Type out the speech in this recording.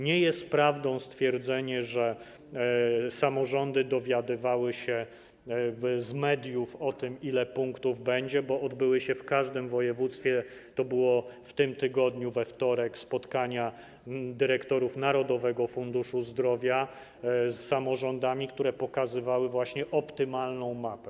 Nie jest prawdą stwierdzenie, że samorządy dowiadywały się z mediów o tym, ile punktów będzie, bo odbyły się w każdym województwie - to było w tym tygodniu we wtorek - spotkania dyrektorów Narodowego Funduszu Zdrowia z samorządami, które pokazywały właśnie optymalną mapę.